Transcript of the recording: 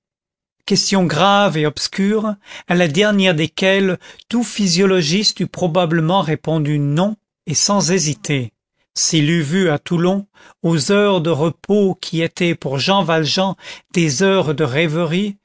questions graves et obscures à la dernière desquelles tout physiologiste eût probablement répondu non et sans hésiter s'il eût vu à toulon aux heures de repos qui étaient pour jean valjean des heures de rêverie